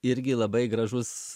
irgi labai gražus